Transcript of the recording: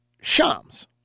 shams